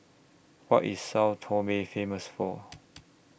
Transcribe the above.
What IS Sao Tome Famous For